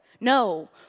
No